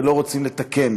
ולא רוצים לתקן,